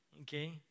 okay